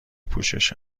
پوشش